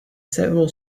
several